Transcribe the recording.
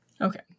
Okay